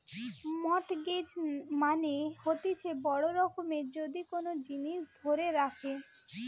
mortgage মানে হতিছে বড় রকমের যদি কোন জিনিস ধরে রাখে